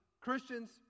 Christians